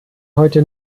heute